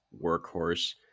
workhorse